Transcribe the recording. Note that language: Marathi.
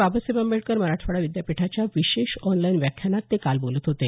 बाबासाहेब आंबेडकर मराठवाडा विद्यापीठाच्या विशेष ऑनलाईन व्याख्यानात ते काल बोलत होते